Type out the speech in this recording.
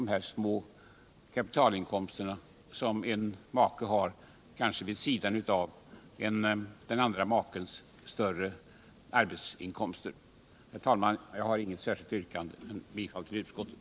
Jag har inget annat yrkande än om bifall till utskottets hemställan.